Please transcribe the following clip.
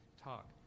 talk